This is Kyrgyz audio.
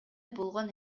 болгон